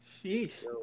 sheesh